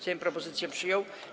Sejm propozycję przyjął.